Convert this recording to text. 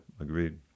agreed